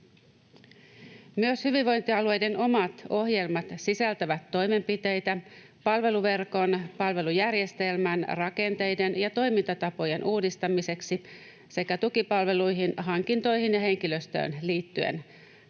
Myös hyvinvointialueiden omat ohjelmat sisältävät toimenpiteitä palveluverkon, palvelujärjestelmän rakenteiden ja toimintatapojen uudistamiseksi sekä tukipalveluihin, hankintoihin ja henkilöstöön liittyen.